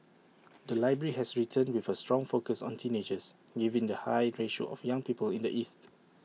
the library has returned with A strong focus on teenagers given the high ratio of young people in the east